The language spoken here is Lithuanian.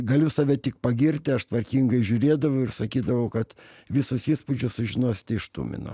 galiu save tik pagirti aš tvarkingai žiūrėdavau ir sakydavau kad visos įspūdžius sužinosite iš tumino